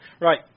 Right